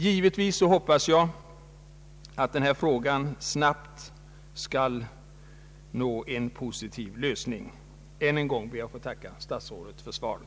Givetvis hoppas jag att denna fråga snabbt skall få en positiv lösning. Än en gång ber jag att få tacka statsrådet för svaret.